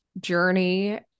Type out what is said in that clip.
journey